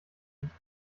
nicht